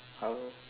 how